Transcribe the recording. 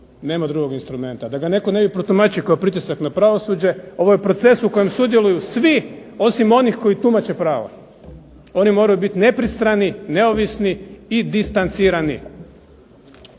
nema drugog instrumenta, da ga ne bi netko protumačio kao pritisak na pravosuđe, ovo je proces u kojem sudjeluju svi osim onih koji tumače prava. Oni moraju biti nepristrani, neovisni i distancirani.